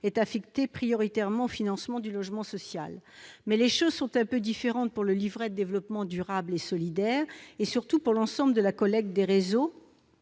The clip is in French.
est affectée prioritairement au financement du logement social. Mais les choses sont un peu différentes pour le livret de développement durable et solidaire, et surtout pour l'ensemble de la collecte des réseaux